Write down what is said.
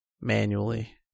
manually